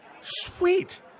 Sweet